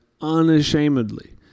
unashamedly